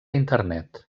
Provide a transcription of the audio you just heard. internet